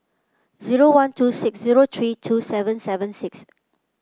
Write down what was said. zero one two six zero three two seven seven six